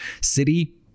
city